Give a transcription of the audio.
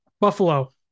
Buffalo